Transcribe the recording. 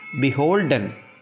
beholden